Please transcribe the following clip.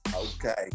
Okay